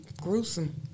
Gruesome